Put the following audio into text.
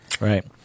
right